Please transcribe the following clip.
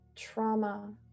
trauma